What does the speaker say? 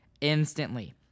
instantly